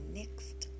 next